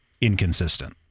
inconsistent